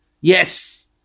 Yes